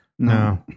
No